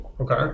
Okay